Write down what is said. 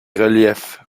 reliefs